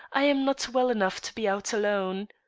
i am not well enough to be out alone.